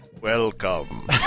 Welcome